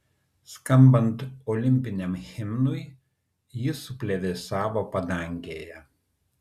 skambant olimpiniam himnui ji suplevėsavo padangėje